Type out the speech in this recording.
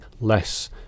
less